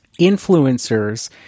influencers